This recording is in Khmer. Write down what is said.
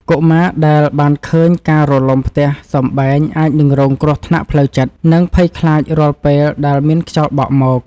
កុមារដែលបានឃើញការរលំផ្ទះសម្បែងអាចនឹងរងគ្រោះថ្នាក់ផ្លូវចិត្ត និងភ័យខ្លាចរាល់ពេលដែលមានខ្យល់បក់មក។